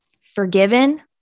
forgiven